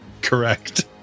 Correct